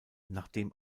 nachdem